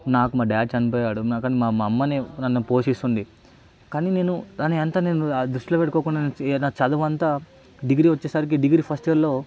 నాకు మా డాడ్ చనిపోయాడు ఉన్నా కానీ మా అమ్మనే నన్ను పోషిస్తుంది కానీ నేను దాన్నంతా నేను దృష్టిలో పెట్టుకోకుండా నా చదువంతా డిగ్రీ వచ్చేసరికి డిగ్రీ ఫస్టియర్లో